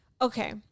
Okay